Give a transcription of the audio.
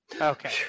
Okay